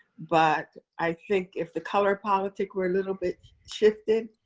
but i think if the color politic were a little bit shifted,